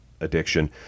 addiction